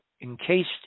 encased